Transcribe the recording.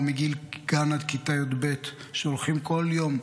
מגיל גן עד כיתה י"ב שהולכים בכל יום,